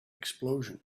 explosion